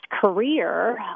career